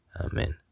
Amen